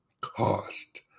cost